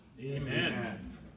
Amen